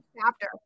chapter